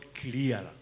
clear